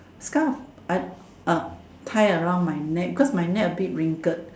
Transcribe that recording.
scarf uh uh tie around my neck because my neck a bit wrinkled